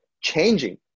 changing